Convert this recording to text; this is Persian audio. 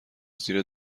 زیر